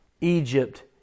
Egypt